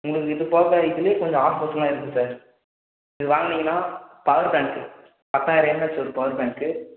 உங்களுக்கு இது போக இதுலையும் கொஞ்சம் ஆஃபர்ஸ் எல்லாம் இருக்கு சார் இது வாங்குனீங்கன்னா பவர் பேங்க்கு பத்தாயிரம் எம்ஏஹெச் ஒரு பவர் பேங்க்கு